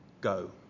Go